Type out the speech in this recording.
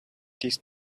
these